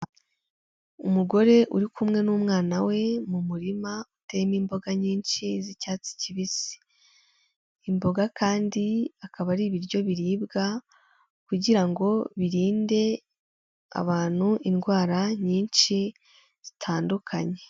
Umugore uri kumwe n'umwana we mu murima uteyemo imboga nyinshi z'icyatsi kibisi, imboga kandi akaba ari ibiryo biribwa kugira ngo birinde abantu indwara nyinshi zitandukanye.